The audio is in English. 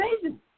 amazing